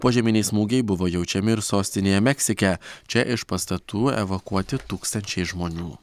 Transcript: požeminiai smūgiai buvo jaučiami ir sostinėje meksike čia iš pastatų evakuoti tūkstančiai žmonių